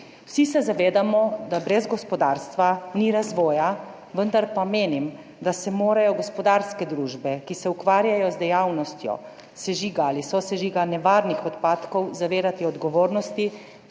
Vsi se zavedamo, da brez gospodarstva ni razvoja, vendar pa menim, da se morajo gospodarske družbe, ki se ukvarjajo z dejavnostjo sežiga ali sosežiga nevarnih odpadkov, zavedati odgovornosti,